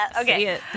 Okay